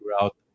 throughout